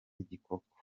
igikoko